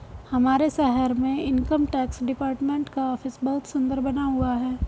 हमारे शहर में इनकम टैक्स डिपार्टमेंट का ऑफिस बहुत सुन्दर बना हुआ है